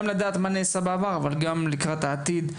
עם פירוט של מה נעשה בעבר ולאן הולכים בעתיד,